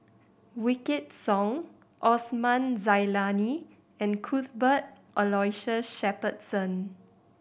Wykidd Song Osman Zailani and Cuthbert Aloysius Shepherdson